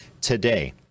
today